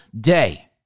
day